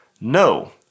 No